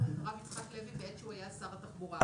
את יצחק לוי כשהוא היה שר התחבורה.